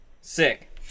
Sick